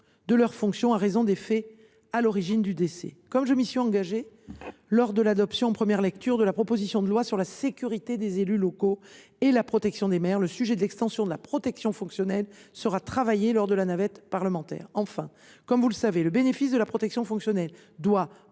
de leurs fonctions à raison des faits à l’origine du décès. Comme je m’y suis engagée lors de l’adoption en première lecture de la proposition de loi renforçant la sécurité des élus locaux et la protection des maires, le sujet de l’extension de la protection fonctionnelle sera travaillé lors de la navette parlementaire. Enfin, comme vous le savez, le bénéfice de la protection fonctionnelle doit, en